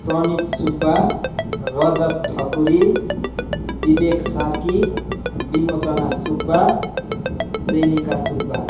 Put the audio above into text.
Pranit Subba Rajat Thakuri Bibek Sarki Bimochana Subba Premika Subba